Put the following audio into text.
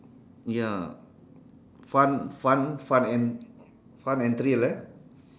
ya fun fun fun end fun and thrill eh